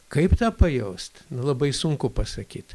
kaip tą pajaust labai sunku pasakyt